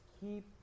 keep